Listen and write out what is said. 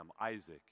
Isaac